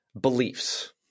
beliefs